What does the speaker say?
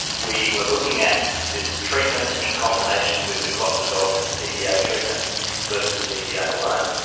we were looking at this treatment in combination with the clot dissolving tpa treatment versus tpa alone,